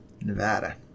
Nevada